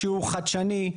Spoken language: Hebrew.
שהוא חדשני,